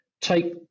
take